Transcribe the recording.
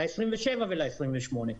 ל-27 ול-28.